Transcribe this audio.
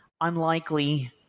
unlikely